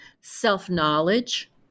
self-knowledge